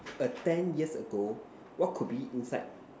err ten years ago what could be inside